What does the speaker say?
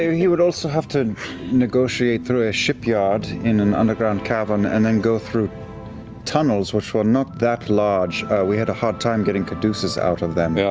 he would also have to negotiate through a shipyard in an underground cavern and then go through tunnels, which were not that large. we had a hard time getting caduceus out of them. yeah